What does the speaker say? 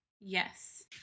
Yes